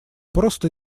просто